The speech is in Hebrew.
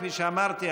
כפי שאמרתי,